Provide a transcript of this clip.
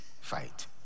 fight